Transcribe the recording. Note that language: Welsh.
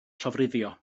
llofruddio